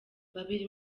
babiri